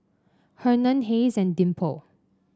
Hernan Hayes and Dimple